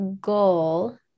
goal